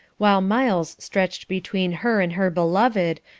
while miles stretched between her and her beloved,